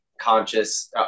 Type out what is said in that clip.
conscious